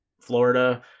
Florida